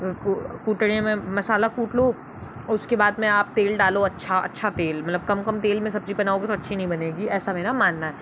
कूटड़े में मसाला कूट लो उसके बाद में आप तेल डालो अच्छा अच्छा तेल मतलब कम कम तेल में सब्ज़ी बनाओगे तो अच्छी नहीं बनेगी ऐसा मेरा मानना है